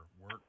work